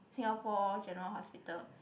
Singapore-General-Hospital